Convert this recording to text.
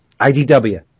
IDW